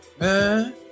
man